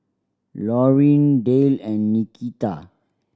Laurine Dale and Nikita